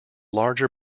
larger